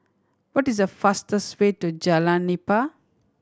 what is the fastest way to Jalan Nipah